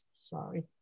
sorry